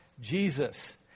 Jesus